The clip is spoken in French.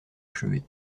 achevée